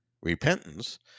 repentance